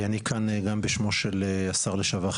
אני כאן גם בשמו של השר לשעבר,